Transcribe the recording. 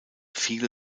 viele